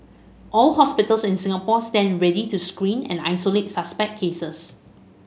all hospitals in Singapore stand ready to screen and isolate suspect cases